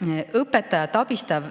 õpetajat abistav